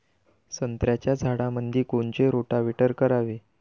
संत्र्याच्या झाडामंदी कोनचे रोटावेटर करावे?